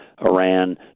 Iran